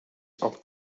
opt